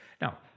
Now